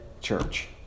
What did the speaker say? church